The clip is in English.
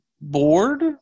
Board